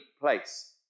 place